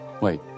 Wait